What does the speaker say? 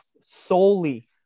solely